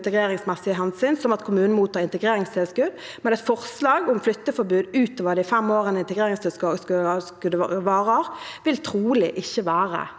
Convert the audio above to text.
integreringsmessige hensyn, slik at kommunen mottar integreringstilskudd, men et forslag om et flytteforbud som skal gjelde utover de fem årene integreringstilskuddet varer, vil trolig ikke være